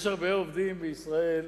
יש הרבה עובדים בישראל